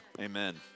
amen